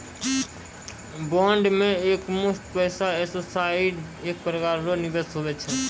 bond मे एकमुस्त पैसा फसैनाइ एक प्रकार रो निवेश हुवै छै